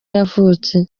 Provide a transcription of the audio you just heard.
yavutse